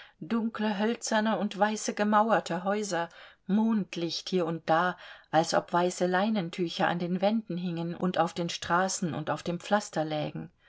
dunkle hölzerne und weiße gemauerte häuser mondlicht hier und da als ob weiße leinentücher an den wänden hingen und auf den straßen und auf dem pflaster lägen